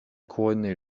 couronné